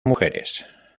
mujeres